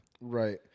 Right